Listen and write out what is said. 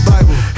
Bible